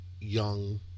young